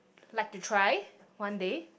like to try one day